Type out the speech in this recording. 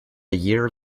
year